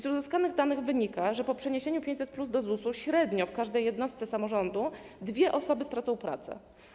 Z uzyskanych danych wynika, że po przeniesieniu 500+ do ZUS-u średnio w każdej jednostce samorządu dwie osoby stracą pracę.